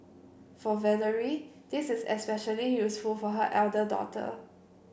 for Valerie this is especially useful for her elder daughter